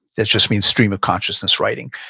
it's just main stream of consciousness writing.